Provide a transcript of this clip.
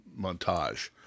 montage